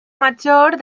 major